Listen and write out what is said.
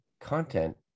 content